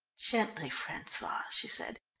gently, francois, she said,